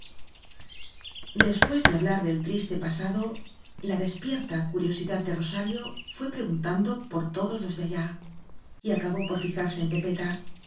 después de hablar del triste pasado la despierta curiosidad de rosario fué pregun tando por todos los de allá y acabó por fijarse en pepeta